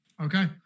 okay